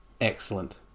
Excellent